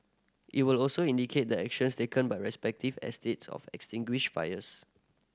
it will also indicate the actions taken by respective estates of extinguish fires